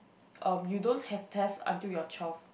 um you don't have test until you are twelve